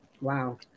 Wow